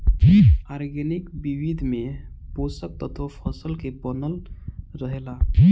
organic विधि में पोषक तत्व फसल के बनल रहेला